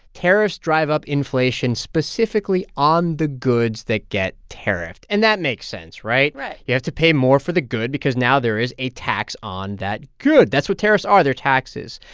tariffs drive up inflation specifically on the goods that get tariffed. and that makes sense, right? right you have to pay more for the good because now there is a tax on that good. that's what tariffs are. they're taxes.